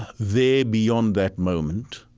there beyond that moment.